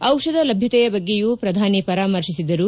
ದಿಷಧ ಲಭ್ಯತೆಯ ಬಗ್ಗೆಯೂ ಪ್ರಧಾನಿ ಪರಾಮರ್ಶಿಸಿದರು